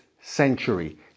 century